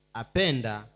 apenda